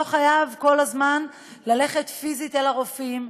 לא חייבים כל הזמן ללכת פיזית אל הרופאים.